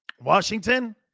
Washington